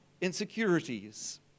insecurities